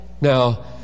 Now